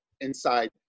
inside